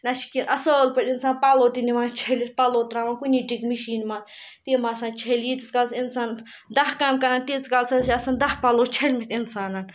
نہ چھِ کینٛہہ اَصٕل پٲٹھۍ اِنسان پَلو تہِ نِوان چھٔلِتھ پَلو ترٛاوان کُنی ٹِکہِ مِشیٖن منٛز تِم آسان چھٔلِتھ ییٖتِس کالَس اِنسان دَہ کامہِ کَران تیٖتِس کالَس حظ چھِ آسان دَہ پَلو چھٔلمٕتۍ اِنسانَن